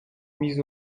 mis